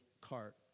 cart